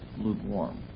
lukewarm